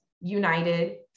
United